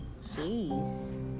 jeez